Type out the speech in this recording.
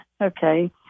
Okay